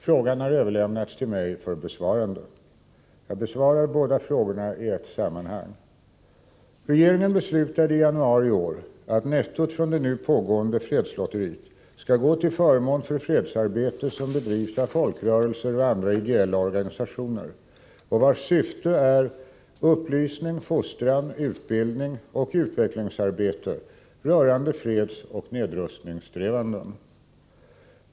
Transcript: Frågan har överlämnats till mig för besvarande. Jag besvarar båda frågorna i ett sammanhang. Regeringen beslutade i januari i år att nettot från det nu pågående fredslotteriet skall gå till förmån för fredsarbete som bedrivs av folkrörelser och andra ideella organisationer och vars syfte är upplysning, fostran, utbildning och utvecklingsarbete rörande fredsoch nedrustningssträvanden.